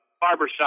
barbershop